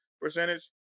percentage